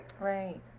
Right